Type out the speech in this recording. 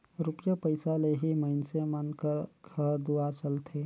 रूपिया पइसा ले ही मइनसे मन कर घर दुवार चलथे